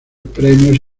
premios